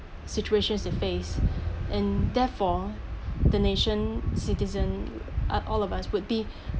situations they face and therefore the nation citizen uh all of us would be